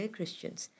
Christians